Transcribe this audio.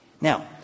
Now